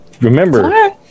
Remember